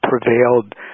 prevailed